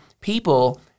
People